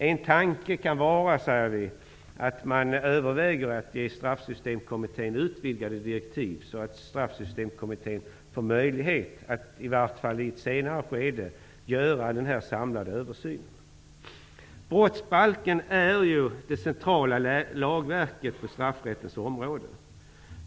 En tanke är att man ger Straffsystemkommittén utvidgade direktiv, så att kommittén får möjlighet att i varje fall vid ett senare skede göra denna samlade översyn. Brottsbalken är ju det centrala regelverket på straffrättens område.